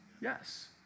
Yes